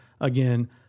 again